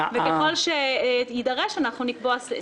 וככל שיידרש אנחנו נוסיף סעיף תחילה.